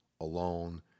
alone